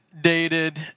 dated